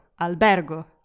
albergo